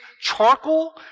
charcoal